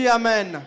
amen